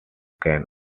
can